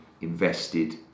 invested